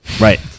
Right